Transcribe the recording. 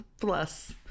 plus